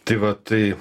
tai va tai